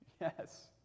yes